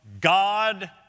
God